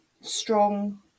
strong